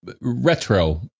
retro